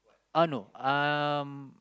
ah no um